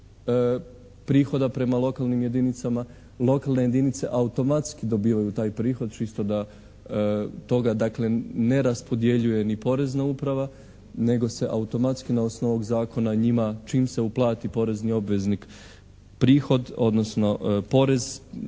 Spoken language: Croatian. prihoda prema lokalnim jedinicama. Lokalne jedinice automatski dobivaju taj prihod čisto da toga dakle ne raspodjeljuje ni Porezna uprava, nego se automatski na osnovu ovog zakona njima čim se uplati porezni obveznik prihod, odnosno porez